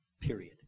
period